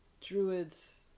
Druids